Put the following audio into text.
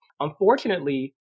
Unfortunately